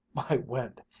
my wind!